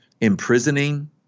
imprisoning